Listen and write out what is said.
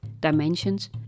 dimensions